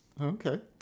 Okay